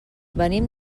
venim